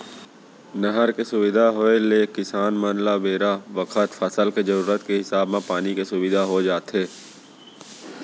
नहर के सुबिधा होय ले किसान मन ल बेरा बखत फसल के जरूरत के हिसाब म पानी के सुबिधा हो जाथे